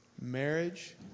Marriage